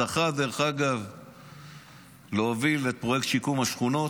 הוא זכה להוביל את פרויקט שיקום השכונות,